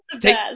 take